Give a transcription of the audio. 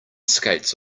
skates